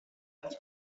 خاصیت